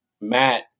Matt